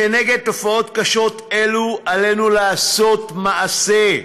כנגד תופעות קשות אלו עלינו לעשות מעשה,